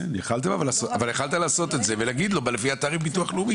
יכולת לעשות את זה ולהגיד לו שלפי תעריף הביטוח הלאומי